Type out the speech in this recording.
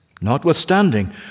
notwithstanding